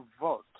vote